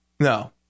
No